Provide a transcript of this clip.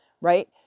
Right